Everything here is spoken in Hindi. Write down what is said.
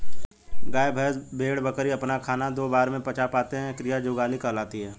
गाय, भैंस, भेड़, बकरी अपना खाना दो बार में पचा पाते हैं यह क्रिया जुगाली कहलाती है